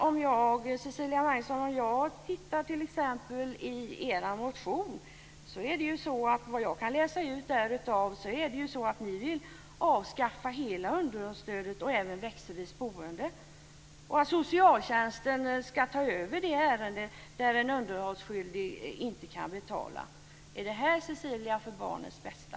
Om jag tittar i er motion, Cecilia Magnusson, kan jag där läsa ut att ni vill avskaffa hela underhållsstödet och även växelvis boende. Socialtjänsten ska ta över de ärenden där en underhållsskyldig inte kan betala. Är det för barnets bästa, Cecilia Magnusson?